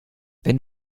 wenn